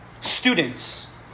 students